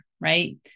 right